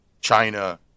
China